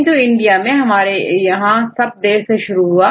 किंतु इंडिया में हमारे यहां यह सब देर से शुरू हुआ